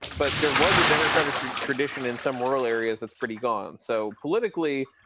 but there was a democratic tradition in some rural areas that's pretty gone. so politically,